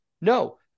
No